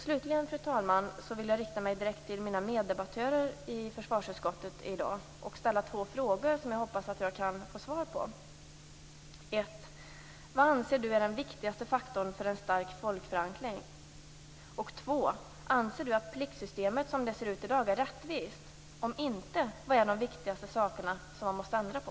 Slutligen, fru talman, vill jag rikta mig direkt till mina meddebattörer i försvarsutskottet och ställa två frågor som jag hoppas att jag kan få svar på: 1. Vad anser du är den viktigaste faktorn för en stark folkförankring? 2. Anser du att pliktsystemet som det ser ut i dag är rättvist? Om inte, vad är de viktigaste sakerna som man måste ändra på?